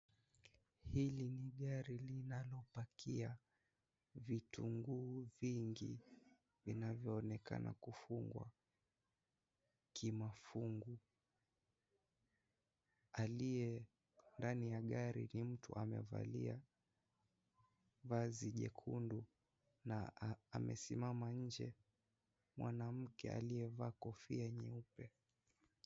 Hili ni gari linalopakia vitunguu vingi vinavyoonekana kufungwa kimafunguu. Aliye ndani ya gari ni mtu amevalia vazi jekundu na amesimama nje, mwanamke aliyevaa kofia nyeupe.